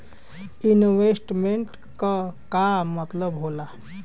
Investment क का मतलब हो ला?